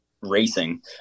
racing